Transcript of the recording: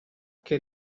che